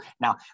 Now